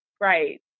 Right